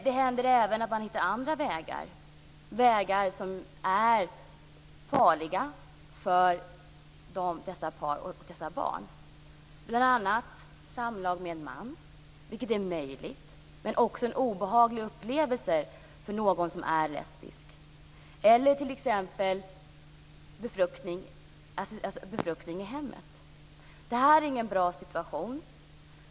Det händer även att de hittar andra vägar, vägar som är farliga för dessa par och dessa barn, bl.a. samlag med en man, vilket är möjligt men också en obehaglig upplevelse för någon som är lesbisk, eller befruktning i hemmet. Detta är ingen bra situation.